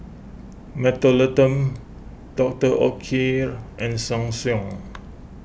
Mentholatum Doctor Oetker and Ssangyong